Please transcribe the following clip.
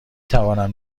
توانم